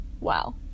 wow